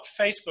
Facebook